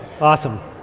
awesome